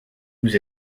vous